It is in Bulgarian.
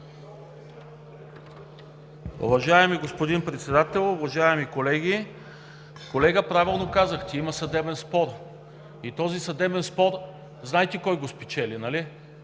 Уважаеми господин Председател, уважаеми колеги! Колега, правилно казахте: има съдебен спор и този съдебен спор знаете кой го спечели, нали?